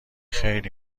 خیلی